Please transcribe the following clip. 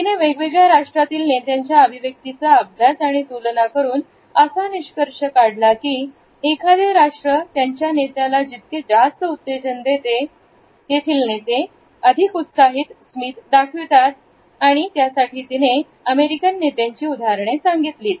तिने वेगवेगळ्या राष्ट्रातील नेत्यांच्या अभिव्यक्तीची अभ्यास आणि तुलना करून असा निष्कर्ष काढला की एखादे राष्ट्र त्यांच्या नेत्याला जितके जास्त उत्तेजन देते नेते अधिक उत्साहित स्मित दाखवतात आणि तिने चे अमेरिकन नेत्यांची उदाहरणे सांगितलीत